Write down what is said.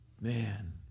man